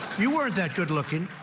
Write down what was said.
you weren't that good looking.